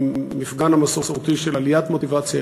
במפגן המסורתי של עליית מוטיבציה,